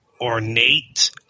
ornate